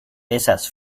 esas